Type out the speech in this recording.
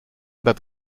that